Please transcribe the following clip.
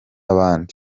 band